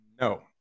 No